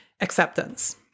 acceptance